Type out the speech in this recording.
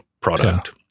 product